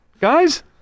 guys